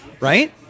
right